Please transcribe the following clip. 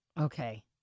Okay